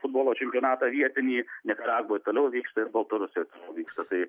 futbolo čempionatą vietinį nikaragvoj toliau vyksta ir baltarusijoj vyksta tai